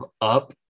up